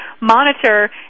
monitor